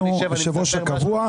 יושב הראש הקבוע.